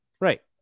Right